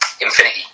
infinity